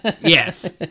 Yes